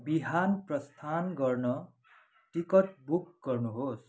बिहान प्रस्थान गर्न टिकट बुक गर्नुहोस्